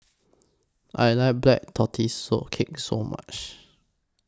I like Black Tortoise Cake So much